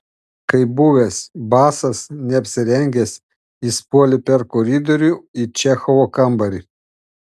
kaip buvęs basas neapsirengęs jis puolė per koridorių į čechovo kambarį